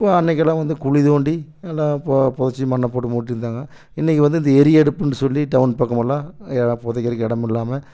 ப அன்னைக்குலாம் வந்து குழி தோண்டி நல்லா பொ புதச்சி மண்ணை போட்டு மூடியிர்ந்தாங்க இன்னிக்கு வந்து இந்த எரி அடுப்புன்னு சொல்லி டவுன் பக்கமெல்லாம் ஏ புதக்கிறக்கு இடம் இல்லாம